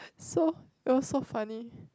so it was so funny